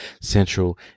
Central